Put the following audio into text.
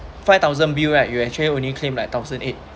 five thousand bill right you actually only claim like thousand eight